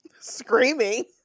Screaming